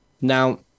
Now